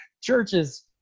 churches